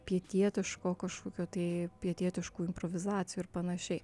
pietietiško kažkokio tai pietietiškų improvizacijų ir panašiai